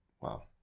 wow